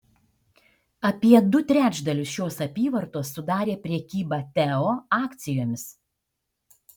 apie du trečdalius šios apyvartos sudarė prekyba teo akcijomis